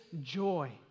joy